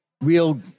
real